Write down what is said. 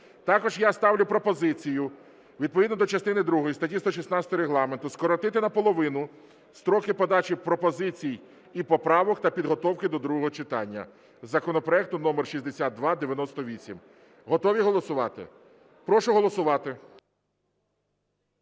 Також я ставлю пропозицію відповідно до частини другої статті 116 Регламенту скоротити наполовину строки подачі пропозицій і поправок та підготовки до другого читання законопроекту номер 6298. Готові голосувати? Прошу голосувати.